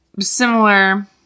similar